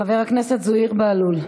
חבר הכנסת זוהיר בהלול,